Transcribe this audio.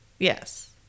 Yes